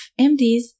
MDs